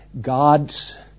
God's